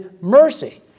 mercy